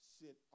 sit